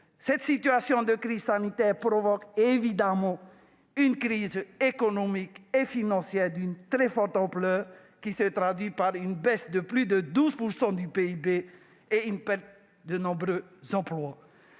Cette situation de crise sanitaire provoque évidemment une crise économique et financière d'une très forte ampleur, qui se traduit par une baisse de plus de 12 % du PIB, et la perte de nombreux emplois.